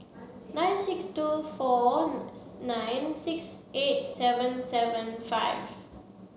nine six two four nine six eight seven seven five